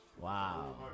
Wow